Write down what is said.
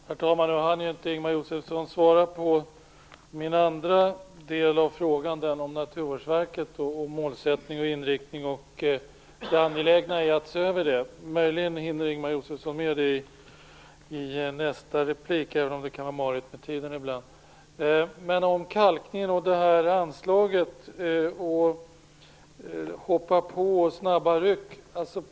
Herr talman! Nu hann inte Ingemar Josefsson svara på min andra fråga om Naturvårdsverket, dess målsättning och inriktning och det angelägna i att se över det. Möjligen hinner han med det i nästa replik, även om det kan vara marigt med tiden ibland. Ingemar Josefsson talar om kalkningsanslaget, om att hoppa på och om snabba ryck.